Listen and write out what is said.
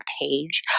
page